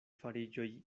fariĝoj